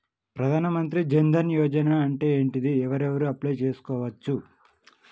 ప్రధాన మంత్రి జన్ ధన్ యోజన అంటే ఏంటిది? ఎవరెవరు అప్లయ్ చేస్కోవచ్చు?